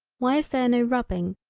why is there no rubbing,